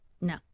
No